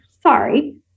sorry